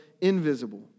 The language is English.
invisible